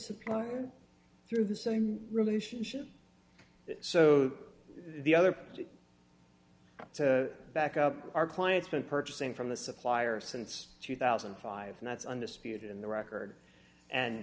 supplier through the same relationship so the other person back up our client's been purchasing from the supplier since two thousand and five and that's undisputed in the record